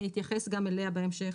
אני אתייחס גם אליה בהמשך.